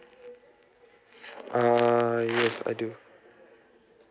err yes I do